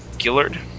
Gillard